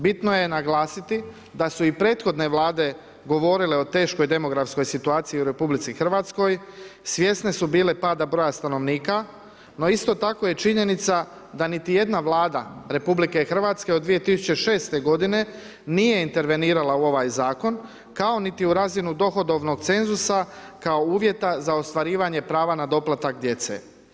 Bitno je naglasiti da su i prethodne Vlade govorile o teškoj demografskoj situaciji u RH, svjesne su bile pada broja stanovnika, no isto je tako činjenica da niti jedna Vlada RH od 2006. godine nije intervenirala u ovaj zakon, kao niti u razinu dohodovnog cenzusa kao uvjeta za ostvarivanje prava na doplatak djece.